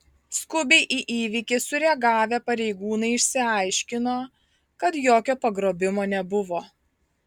skubiai į įvykį sureagavę pareigūnai išsiaiškino kad jokio pagrobimo nebuvo